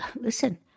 Listen